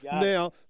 Now